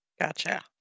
gotcha